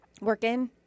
Working